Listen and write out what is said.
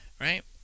Right